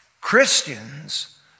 Christians